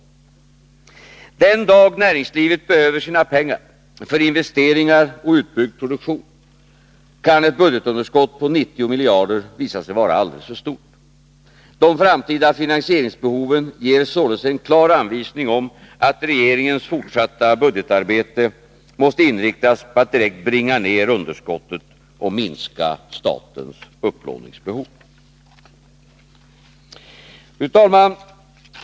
Den dag näringslivet behöver sina pengar för investeringar och utbyggd produktion kan ett budgetunderskott på 90 miljarder visa sig vara alldeles för stort. De framtida finansieringsbehoven ger således en klar anvisning om att regeringens fortsatta budgetarbete måste inriktas på att direkt bringa ner underskottet och minska statens upplåningsbehov. Fru talman!